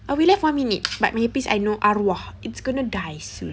but we left one minute but my earpiece I know arwah it's gonna die soon